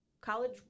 college